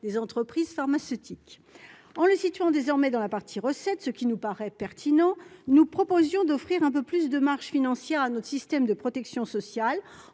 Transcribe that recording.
des entreprises pharmaceutiques en le situant désormais dans la partie recettes, ce qui nous paraît pertinent, nous proposions d'offrir un peu plus de marge financière, à notre système de protection sociale